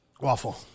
Waffle